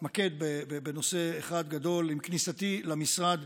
אתמקד בנושא אחד גדול: עם כניסתי למשרד,